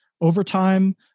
overtime